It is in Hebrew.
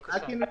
בבקשה.